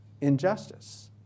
injustice